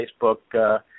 Facebook